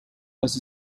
was